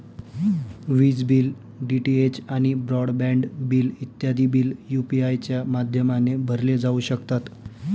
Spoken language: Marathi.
विज बिल, डी.टी.एच आणि ब्रॉड बँड बिल इत्यादी बिल यू.पी.आय च्या माध्यमाने भरले जाऊ शकतात